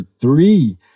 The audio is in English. three